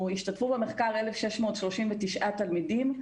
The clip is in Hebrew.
השתתפו במחקר 1,639 תלמידים,